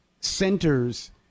centers